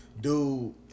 dude